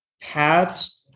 paths